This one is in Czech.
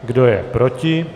Kdo je proti?